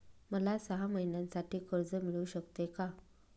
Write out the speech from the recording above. मला सहा महिन्यांसाठी कर्ज मिळू शकते का?